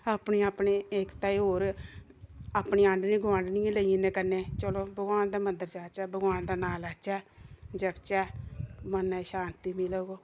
अपनी अपनी एकता गी होर अपनी आंढी गुआंढिनें गी लेई जन्नी कन्नै चलो भगवान दे मदंर जाचै भगवान दा नांऽ लैचे जपचै मनै गी शांति मिलग